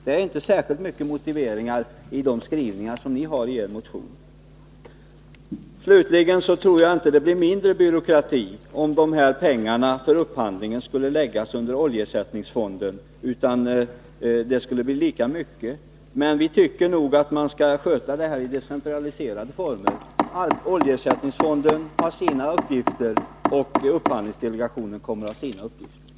Det finns inte särskilt mycket av motivering i de skrivningar som ni har i er motion. Slutligen tror jag inte att det blir mindre byråkrati om pengarna för upphandlingen skulle läggas under oljeersättningsfonden, utan det skulle bli lika mycket. Vi tycker nog att det här skall skötas i decentraliserad form. Oljeersättningsfonden har sina uppgifter och upphandlingsdelegationen kommer att ha sina.